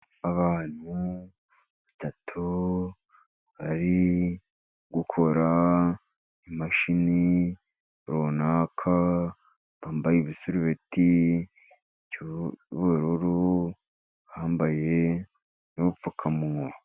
Abantu batatu bari gukora imashini runaka, bambaye ibisurubeti by'ubururu, bambaye n'udupfukamunwa.